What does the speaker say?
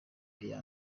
iya